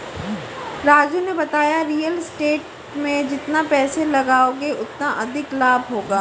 राजू ने बताया real estate में जितना पैसे लगाओगे उतना अधिक लाभ होगा